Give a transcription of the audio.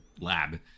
lab